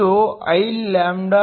ಇದು Iλhc